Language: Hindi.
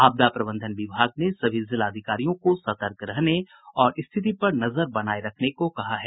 आपदा प्रबंधन विभाग ने सभी जिलाधिकारियों को सतर्क रहने और स्थिति पर नजर बनाए रखने को कहा है